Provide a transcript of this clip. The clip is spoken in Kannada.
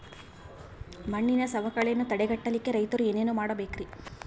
ಮಣ್ಣಿನ ಸವಕಳಿಯನ್ನ ತಡೆಗಟ್ಟಲಿಕ್ಕೆ ರೈತರು ಏನೇನು ಮಾಡಬೇಕರಿ?